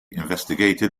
investigated